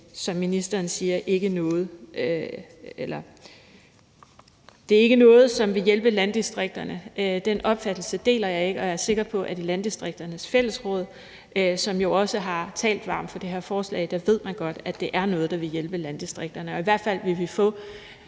som ministeren siger, at det ikke er noget, som vil hjælpe landdistrikterne. Den opfattelse deler jeg ikke, og jeg er sikker på, at i Landdistrikternes Fællesråd, som jo også har talt varmt for det her forslag, ved man godt, at det er noget, der vil hjælpe landdistrikterne. I hvert fald vil vi få